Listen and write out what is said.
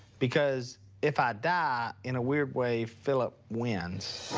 because if i die, in a weird way, phillip wins.